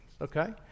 okay